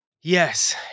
Yes